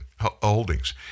Holdings